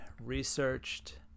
researched